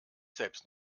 selbst